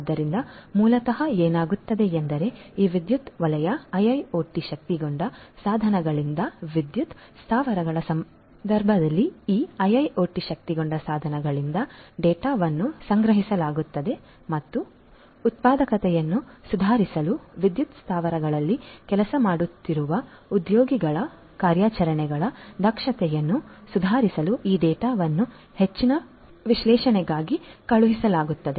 ಆದ್ದರಿಂದ ಮೂಲತಃ ಏನಾಗುತ್ತದೆ ಎಂದರೆ ಈ ವಿದ್ಯುತ್ ವಲಯ IIoT ಶಕ್ತಗೊಂಡ ಸಾಧನಗಳಿಂದ ವಿದ್ಯುತ್ ಸ್ಥಾವರಗಳ ಸಂದರ್ಭದಲ್ಲಿ ಈ IIoT ಶಕ್ತಗೊಂಡ ಸಾಧನಗಳಿಂದ ಡೇಟಾವನ್ನು ಸಂಗ್ರಹಿಸಲಾಗುತ್ತದೆ ಮತ್ತು ಉತ್ಪಾದಕತೆಯನ್ನು ಸುಧಾರಿಸಲು ವಿದ್ಯುತ್ ಸ್ಥಾವರಗಳಲ್ಲಿ ಕೆಲಸ ಮಾಡುತ್ತಿರುವ ಉದ್ಯೋಗಿಗಳ ಕಾರ್ಯಾಚರಣೆಗಳ ದಕ್ಷತೆಯನ್ನು ಸುಧಾರಿಸಲು ಈ ಡೇಟಾವನ್ನು ಹೆಚ್ಚಿನ ವಿಶ್ಲೇಷಣೆಗಾಗಿ ಕಳುಹಿಸಲಾಗುತ್ತದೆ